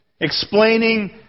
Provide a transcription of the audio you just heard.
explaining